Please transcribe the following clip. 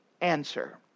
answer